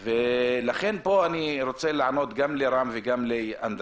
אני רוצה לענות לחברי הכנסת בן ברק וקוז'ינוב,